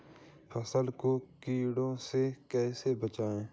फसल को कीड़े से कैसे बचाएँ?